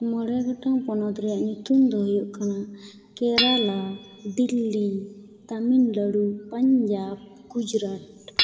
ᱢᱚᱬᱮ ᱜᱚᱴᱟᱝ ᱯᱚᱱᱚᱛ ᱨᱮᱭᱟᱜ ᱧᱩᱛᱩᱢ ᱫᱚ ᱦᱩᱭᱩᱜ ᱠᱟᱱᱟ ᱠᱮᱨᱟᱞᱟ ᱫᱤᱞᱞᱤ ᱛᱟᱹᱢᱤᱞᱱᱟᱹᱲᱩ ᱯᱟᱧᱡᱟᱵᱽ ᱜᱩᱡᱽᱨᱟᱴ